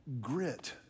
Grit